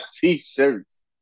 t-shirts